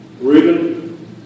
Reuben